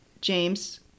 James